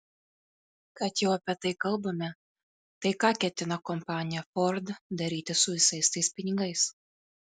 kad jau apie tai kalbame tai ką ketina kompanija ford daryti su visais tais pinigais